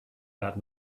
that